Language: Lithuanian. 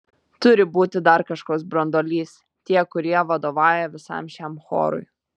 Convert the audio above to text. turi būti dar kažkoks branduolys tie kurie vadovauja visam šiam chorui